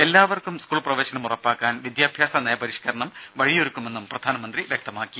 എല്ലാവർക്കും സ്കൂൾ പ്രവേശനം ഉറപ്പാക്കാൻ വിദ്യാഭ്യാസ നയ പരിഷ്കരണം വഴിയൊരുക്കുമെന്നും പ്രധാനമന്ത്രി വ്യക്തമാക്കി